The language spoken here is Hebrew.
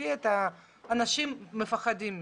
אנשים מפחדים מזה.